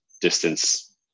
distance